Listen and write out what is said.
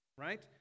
right